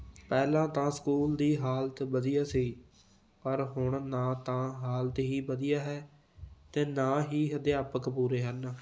ਪਹਿਲਾਂ ਤਾਂ ਸਕੂਲ ਦੀ ਹਾਲਤ ਵਧੀਆ ਸੀ ਪਰ ਹੁਣ ਨਾ ਤਾਂ ਹਾਲਤ ਹੀ ਵਧੀਆ ਹੈ ਅਤੇ ਨਾ ਹੀ ਅਧਿਆਪਕ ਪੂਰੇ ਹਨ